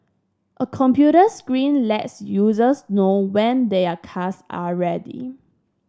a computer screen lets users know when their cars are ready